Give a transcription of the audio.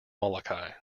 molokai